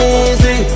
easy